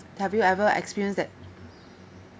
have you ever experience that